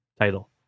title